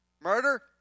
Murder